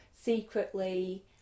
secretly